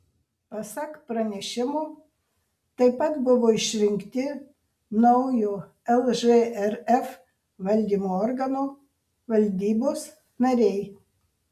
pasak pranešimo taip pat buvo išrinkti naujo lžrf valdymo organo valdybos nariai